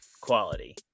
quality